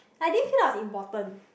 I didn't feel like I was important